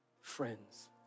friends